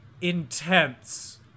intense